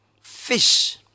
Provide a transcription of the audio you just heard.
fish